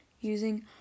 using